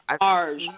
charge